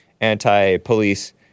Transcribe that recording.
anti-police